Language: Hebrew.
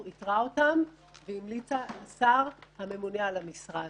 איתרה אותם והמליצה לשר הממונה על המשרד.